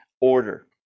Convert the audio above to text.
order